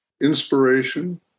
Inspiration